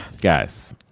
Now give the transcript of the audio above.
guys